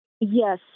Yes